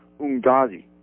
Ungadi